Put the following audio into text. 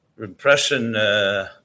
impression